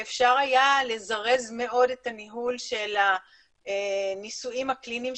כך שאפשר היה לזרז מאוד את הניהול של הניסויים הקליניים,